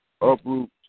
Uproot